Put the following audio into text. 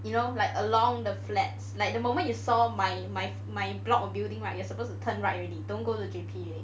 you know like along the flats like the moment you saw my my my block or building right you are supposed to turn right already don't go to J_P already